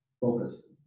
Focus